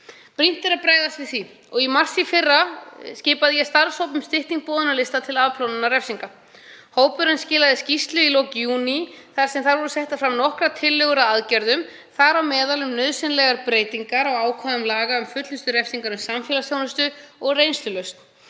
Brýnt er að bregðast við því. Í mars í fyrra skipaði ég starfshóp um styttingu boðunarlista til afplánunar refsinga. Hópurinn skilaði skýrslu í lok júní þar sem settar voru fram nokkrar tillögur að aðgerðum, þar á meðal um nauðsynlegar breytingar á ákvæðum laga um fullnustu refsingar um samfélagsþjónustu og reynslulausn.